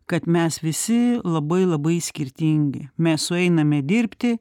kad mes visi labai labai skirtingi mes sueiname dirbti